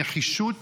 נחישות